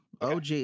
OG